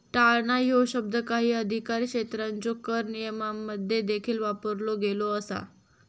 टाळणा ह्यो शब्द काही अधिकारक्षेत्रांच्यो कर नियमांमध्ये देखील वापरलो गेलो असा